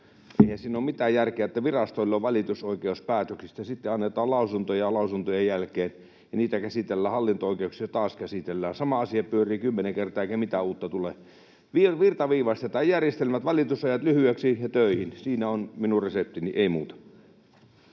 Eihän siinä ole mitään järkeä, että virastoilla on valitusoikeus päätöksistä ja sitten annetaan lausuntoja lausuntojen jälkeen ja niitä käsitellään hallinto-oikeuksissa ja taas käsitellään — sama asia pyörii kymmenen kertaa, eikä mitään uutta tule. Virtaviivaistetaan järjestelmät, valitusajat lyhyiksi, ja töihin. Siinä on minun reseptini. — Ei muuta.